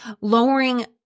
lowering